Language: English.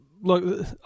look